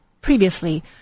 previously